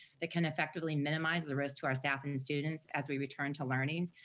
that can effectively minimize the risk to our staff and students, as we return to learning.